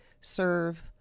serve